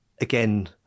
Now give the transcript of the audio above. Again